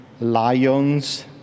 lion's